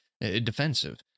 defensive